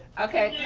okay, yeah